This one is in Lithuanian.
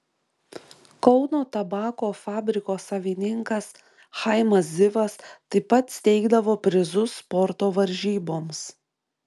kauno tabako fabriko savininkas chaimas zivas taip pat steigdavo prizus sporto varžyboms